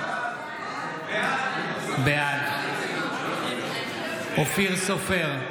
בעד אופיר סופר,